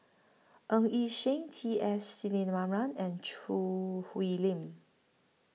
Ng Yi Sheng T S Sinnathuray and Choo Hwee Lim